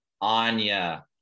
Anya